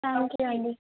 okay అండి